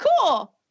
cool